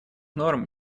норм